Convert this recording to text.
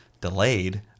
delayed